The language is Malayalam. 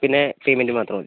പിന്നെ പെയ്മെൻ്റും മാത്രം മതി